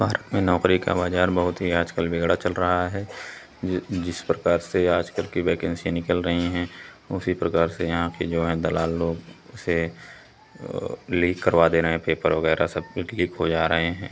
भारत में नौकरी का बाज़ार बहुत ही आजकल बिगड़ा चल रहा है जिस प्रकार से आज कल की वेकेन्सी निकल रहीं हैं उसी प्रकार से यहाँ के जो हैं दलाल लोग उसे लीक करवा दे रहे हैं पेपर वग़ैरह सब कुछ लीक हो जा रहे हैं